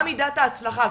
מה מידת ההצלחה,